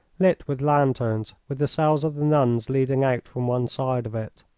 lit with lanterns, with the cells of the nuns leading out from one side of it.